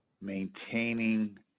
maintaining